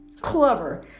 Clever